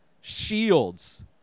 shields